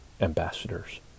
ambassadors